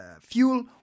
fuel